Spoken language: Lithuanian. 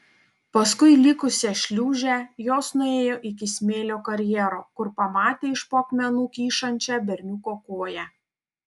paskui likusią šliūžę jos nuėjo iki smėlio karjero kur pamatė iš po akmenų kyšančią berniuko koją